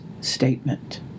statement